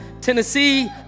Tennessee